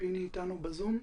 שנמצא אתנו ב-זום.